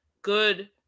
Good